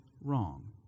wrong